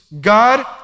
God